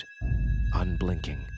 unblinking